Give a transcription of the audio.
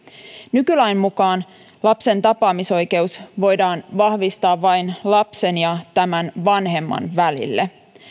nykylain mukaan lapsen tapaamisoikeus voidaan vahvistaa vain lapsen ja tämän vanhemman välille